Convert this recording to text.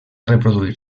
reproduir